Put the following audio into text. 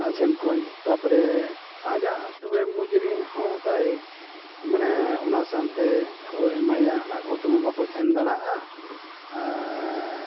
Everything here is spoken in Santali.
ᱟᱥᱮᱱ ᱠᱚᱣᱟᱹᱧ ᱛᱟᱨᱯᱚᱨᱮ ᱟᱡᱟᱜ ᱛᱚᱵᱮ ᱢᱚᱡᱩᱨᱤ ᱦᱚᱸ ᱛᱟᱭ ᱢᱟᱱᱮ ᱚᱱᱟ ᱥᱟᱶᱛᱮ ᱠᱚ ᱮᱢᱟᱭᱟ ᱟᱠᱚ ᱛᱮᱢᱟ ᱵᱟᱠᱚ ᱛᱟᱦᱮᱱ ᱫᱟᱲᱮᱭᱟᱜᱼᱟ ᱟᱨ